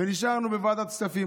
ונשארו בוועדת כספים.